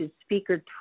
speaker